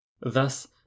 Thus